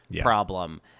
problem